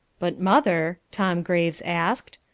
but, mother, tom graves asked,